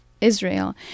Israel